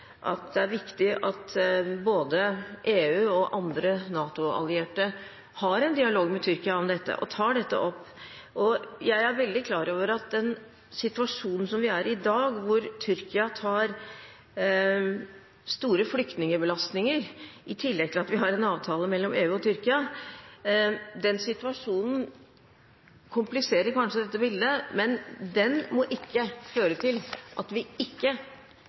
at det er viktig at både EU og andre NATO-allierte har en dialog med Tyrkia om dette og tar dette opp. Jeg er veldig klar over at den situasjonen som vi har i dag, at Tyrkia tar store flyktningbelastninger, i tillegg til at vi har en avtale mellom EU og Tyrkia, kanskje kompliserer dette bildet, men den må ikke føre til at vi ikke